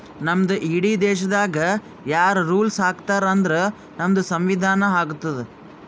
ನಮ್ದು ಇಡೀ ದೇಶಾಗ್ ಯಾರ್ ರುಲ್ಸ್ ಹಾಕತಾರ್ ಅಂದುರ್ ನಮ್ದು ಸಂವಿಧಾನ ಹಾಕ್ತುದ್